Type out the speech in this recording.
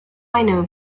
rhino